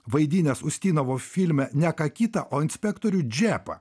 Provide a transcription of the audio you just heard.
vaidinęs ūstynavo filme ne ką kitą o inspektorių džepą